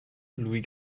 louis